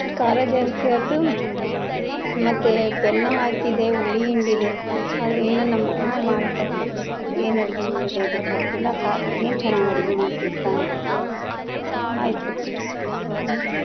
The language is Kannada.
ಖಾರ ಜಾಸ್ತಿ ಆಯ್ತು ಮತ್ತೆ ಬೆಲ್ಲ ಹಾಕಿದೆ ಹುಳಿ ಹಿಂಡಿದೆ ಆದರೆ ಇನ್ನು ನಮ್ಮ ಅಮ್ಮ ಮಾಡಿಕೊಟ್ಳು ಏನು ಅಡ್ಗೆ ಮಾಡಿದೆ ಇದಕ್ಕೆ ಉಪ್ಪಿಲ್ಲ ಖಾರ ಇಲ್ಲ ಏನು ಚೆನ್ನಾಗಿ ಅಡ್ಗೆ ಮಾಡ್ತಿಯಾ ಬಿಡು ಅಂತ ಕೇಳಿದ್ಳು ಆಯಿತು